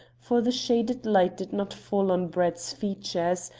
for the shaded light did not fall on brett's features,